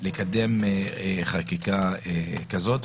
לקדם חקיקה כזאת.